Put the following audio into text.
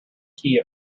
key